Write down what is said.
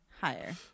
Higher